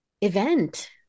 event